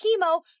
chemo